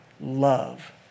love